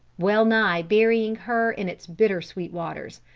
well-nigh burying her in its bitter-sweet waters!